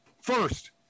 First